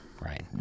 right